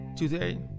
Today